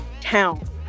town